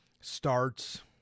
starts